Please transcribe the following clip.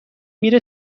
میره